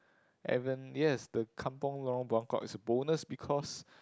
and when yes the kampung Lorong Buangkok is a bonus because